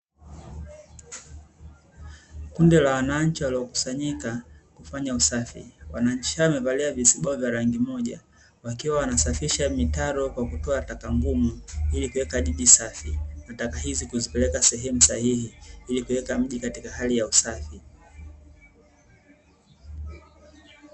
Kundi la wananchi waliokusanyika kufanya usafi. Wananchi hao wamevalia vizibao vya rangi moja wakiwa wanasafisha mitaro kwa kutoa taka ngumu ili kuweka jiji safi, na taka hizi kuzipeleka sehemu sahihi ili kuweka mji katika hali ya usafi.